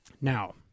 Now